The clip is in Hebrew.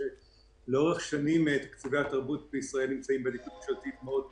לאורך שנים תקציבי התרבות בישראל נמצאים בעדיפות ממשלתית מאוד משנית,